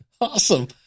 Awesome